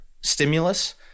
stimulus